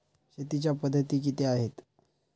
शेतीच्या पद्धती किती आहेत?